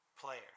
player